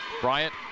Bryant